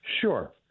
Sure